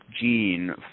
gene